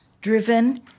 driven